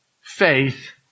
faith